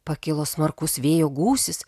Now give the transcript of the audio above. pakilo smarkus vėjo gūsis